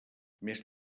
més